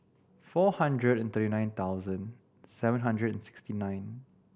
four hundred and thirty nine thousand seven hundred and sixty nine